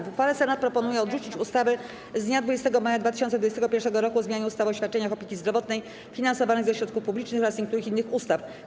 W uchwale Senat proponuje odrzucić ustawę z dnia 20 maja 2021 r. o zmianie ustawy o świadczeniach opieki zdrowotnej finansowanych ze środków publicznych oraz niektórych innych ustaw.